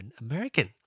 American